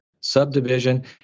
subdivision